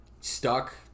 stuck